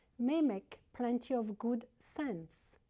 may make plenty of good sense.